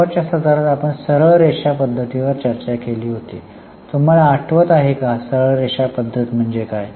शेवटच्या सत्रात आपण सरळ रेषा पद्धतीवर चर्चा केली होती तुम्हाला आठवते का सरळ रेषा पद्धत म्हणजे काय